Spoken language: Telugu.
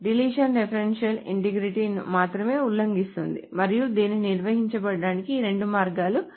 డిలీషన్ రిఫరెన్షియల్ ఇంటెగ్రిటీ ను మాత్రమే ఉల్లంఘిస్తుంది మరియు దీనిని నిర్వహించడానికి ఈ రెండు మార్గాలు ఉన్నాయి